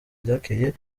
ryakeye